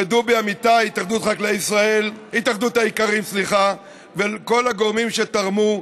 לדובי אמיתי מהתאחדות האיכרים ולכל הגורמים שתרמו.